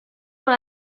dans